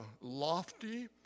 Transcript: lofty